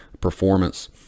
performance